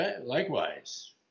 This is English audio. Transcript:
Likewise